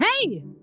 Hey